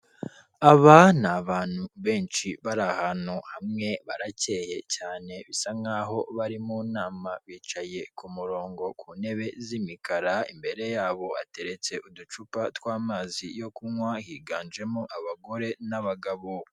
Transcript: Aba ni abantu benshi bari ahantu hamwe, barakeye cyane bisa nk'aho bari mu nama. Bicaye ku murongo ku ntebe z'imikara, imbere yabo hateretse uducupa tw'amazi yo kunywa, higanjemo abagore n'abagabo.